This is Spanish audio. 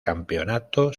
campeonato